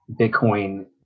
Bitcoin